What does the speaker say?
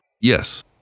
Yes